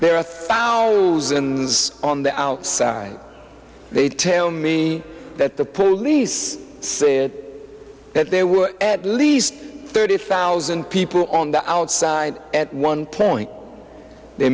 there are thousands on the outside they tell me that the police say that they would at least thirty thousand people on the outside at one point they